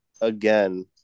again